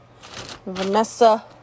Vanessa